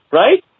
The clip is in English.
right